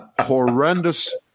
horrendous